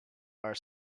are